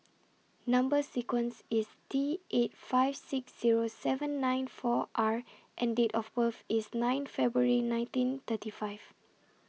Number sequence IS T eight five six Zero seven nine four R and Date of birth IS nine February nineteen thirty five